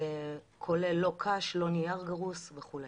כולל לא קש, לא נייר גרוס וכו'.